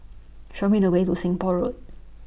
Show Me The Way to Seng Poh Road